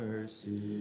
mercy